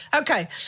okay